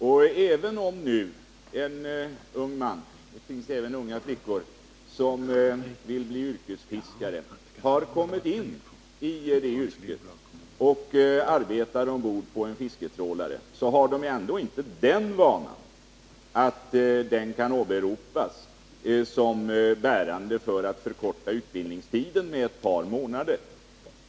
Men även i de fall en 18-åring redan har kommit in i det yrket genom att arbeta på en fisketrålare, så har vederbörande ändå inte en sådan yrkesvana som kan motivera en förkortning av värnpliktsutbildningen med ett par månader.